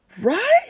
Right